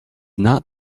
not